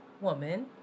woman